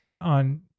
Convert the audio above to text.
on